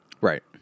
Right